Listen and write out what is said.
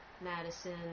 Madison